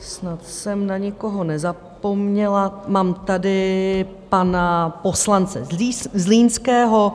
snad jsem na nikoho nezapomněla, mám tady pana poslance Zlínského.